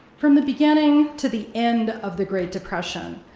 from the beginning to the end of the great depression,